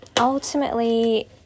ultimately